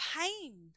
Pain